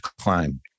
climb